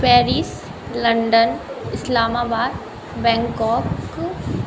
Paris London Islamabad Bangkok